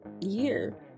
year